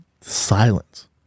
Silence